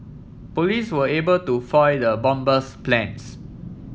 police were able to foil the bomber's plans